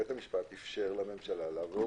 בית המשפט אפשר לממשלה לעבור,